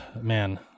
man